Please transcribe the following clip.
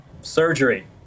Surgery